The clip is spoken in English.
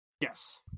Yes